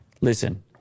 listen